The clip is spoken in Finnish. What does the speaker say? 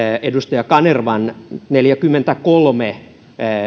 edustaja kanervan neljäkymmentäkolme